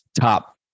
top